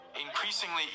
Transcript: Increasingly